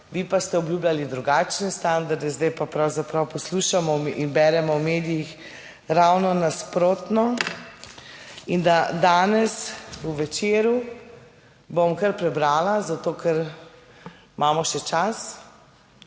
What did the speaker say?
vi pa ste obljubljali drugačne standarde, zdaj pa pravzaprav poslušamo in beremo v medijih ravno nasprotno, in da danes v Večeru, bom kar prebrala, zato ker imamo še čas: